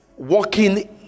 walking